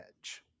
Edge